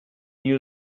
new